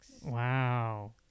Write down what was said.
Wow